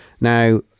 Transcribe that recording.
now